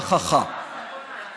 חה, חה, חה.